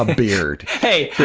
ah beard hey,